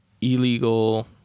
illegal